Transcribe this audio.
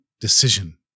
decision